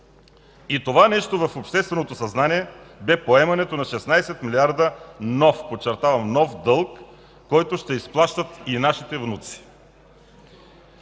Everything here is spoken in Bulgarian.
и това нещо в общественото съзнание бе поемането на 16 милиарда нов, подчертавам, нов дълг, който ще изплащат и нашите внуци.